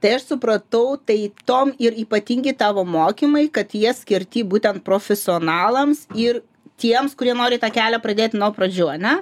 tai aš supratau tai tuom ir ypatingi tavo mokymai kad jie skirti būtent profesionalams ir tiems kurie nori tą kelią pradėt nuo pradžių ane